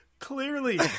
Clearly